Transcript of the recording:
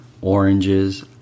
oranges